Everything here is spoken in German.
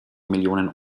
millionen